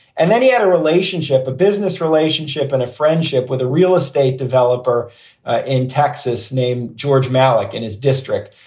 and then he had a relationship, a business relationship and a friendship with a real estate developer in texas named george malik in his district.